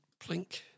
Plink